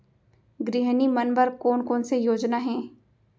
गृहिणी मन बर कोन कोन से योजना हे?